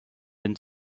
and